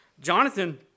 Jonathan